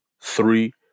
three